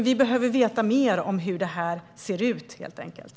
Vi behöver veta mer om hur det ser ut, helt enkelt.